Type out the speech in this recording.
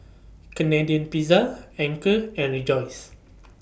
Canadian Pizza Anchor and Rejoice